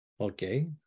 okay